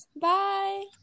Bye